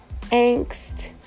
angst